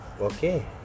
Okay